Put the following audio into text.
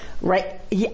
right